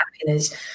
happiness